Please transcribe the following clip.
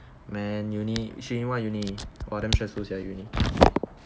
man uni she in what uni oh damn stressful sia you know